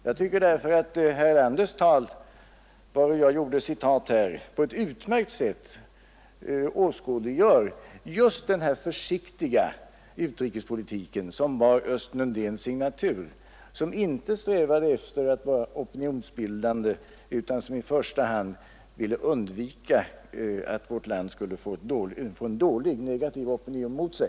Jag tycker därför att herr Erlanders tal, varur jag citerade här, på ett utmärkt sätt åskådliggör just denna försiktiga utrikespolitik som bar Östen Undéns signatur och som inte strävade efter att vara opinionsbildande utan som i första hand ville undvika att vårt land skulle få en negativ opinion emot sig.